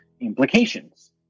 implications